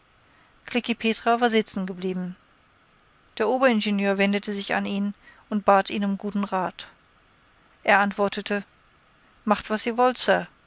klekih petra war sitzen geblieben der oberingenieur wendete sich an ihn und bat ihn um guten rat er antwortete macht was ihr wollt